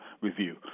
review